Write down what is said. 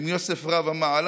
/ עם יוסף רב המעלה,